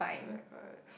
correct correct